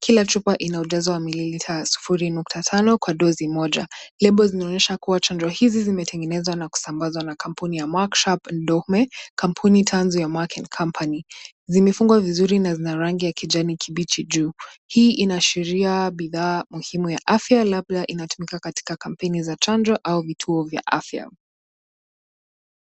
Kila chupa inajazwa mililita sufuri nukta tano kwa dozi moja. Label zinaonyesha kuwa chanjo hizi zimetengenezwa na kusambazwa na kampuni ya Merck Sharp Dohme kampuni tanzu ya Merck and Company . Zimefungwa vizuri na zina rangi ya kijani kibichi juu. Hii inaashiria bidhaa muhimu ya afya labda inatumika katika kampeni za chanjo au vituo vya afya.